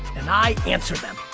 and i answer them.